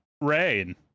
rain